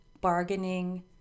bargaining